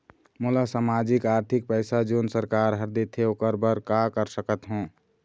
मोला सामाजिक आरथिक पैसा जोन सरकार हर देथे ओकर बर का कर सकत हो?